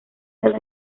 del